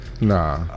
Nah